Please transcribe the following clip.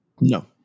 No